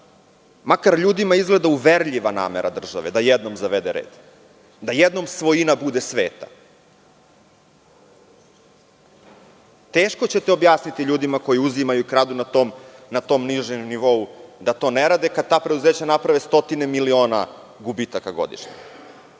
makar ljudima izgleda uverljiva namera države, da jednom zavede red, da jednom svojima bude sveta. Teško ćete objasniti ljudima koji uzimaju, kradu na tom nižem nivou da to ne rade, kada ta preduzeća naprave stotine miliona gubitaka godišnje,